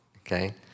Okay